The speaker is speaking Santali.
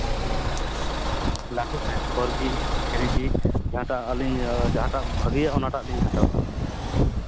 ᱞᱟᱹᱴᱩ set four G three G ᱡᱟᱦᱟᱸᱴᱟᱜ ᱟᱹᱞᱤᱧ ᱡᱟᱦᱟᱸᱴᱟᱜ ᱵᱷᱟᱜᱮᱭᱟ ᱚᱱᱟᱴᱟᱜᱞᱤᱧ ᱦᱟᱛᱟᱣᱟ